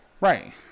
Right